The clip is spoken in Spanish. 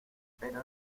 pero